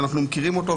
אנחנו מכירים אותו,